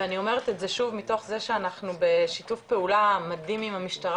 ואני אומרת את זה שוב מתוך זה שאנחנו בשיתוף פעולה מדהים עם המשטרה